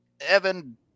Evan